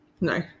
No